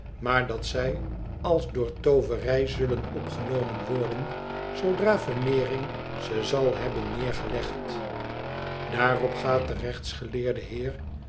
maar dat zij als door tooverij zullen opgenomen worden zoodra veneering ze zal hebben neergelegd daarop gaat de rechtsgeleerde heer